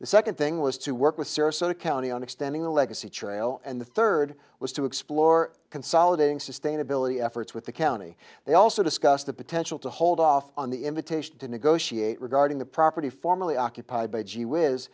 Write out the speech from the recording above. the second thing was to work with sarasota county on extending the legacy trail and the third was to explore consolidating sustainability efforts with the county they also discussed the potential to hold off on the invitation to negotiate regarding the property formerly occupied by gee whiz